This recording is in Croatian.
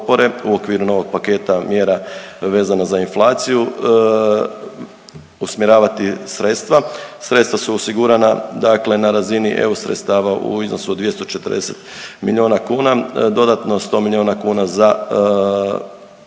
u okviru novog paketa mjera vezano za inflaciju usmjeravati sredstva. Sredstva su osigurana na razini eu sredstava u iznosu od 240 milijuna kuna, dodatno 100 milijuna kuna za